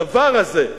הדבר הזה,